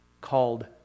called